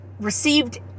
received